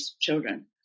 children